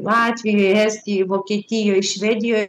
latvijoj estijoj vokietijoj švedijoj